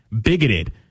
bigoted